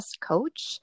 coach